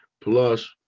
plus